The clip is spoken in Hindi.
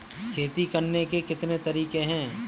खेती करने के कितने तरीके हैं?